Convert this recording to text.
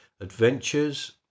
Adventures